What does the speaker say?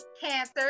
Cancer